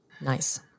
Nice